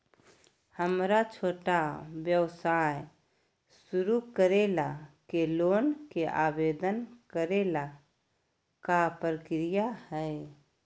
हमरा छोटा व्यवसाय शुरू करे ला के लोन के आवेदन करे ल का प्रक्रिया हई?